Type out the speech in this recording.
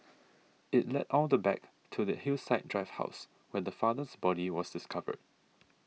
it led all the back to the Hillside Drive house where the father's body was discovered